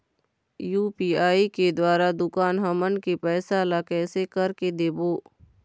UPI के द्वारा दुकान हमन के पैसा ला कैसे कर के देबो?